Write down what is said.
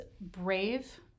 brave